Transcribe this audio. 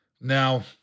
now